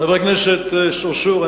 חבר הכנסת צרצור,